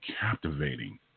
captivating